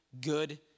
good